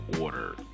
order